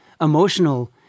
emotional